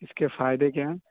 اس کے فائدے کیا ہیں